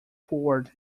forward